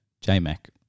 J-Mac